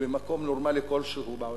במקום נורמלי כלשהו בעולם,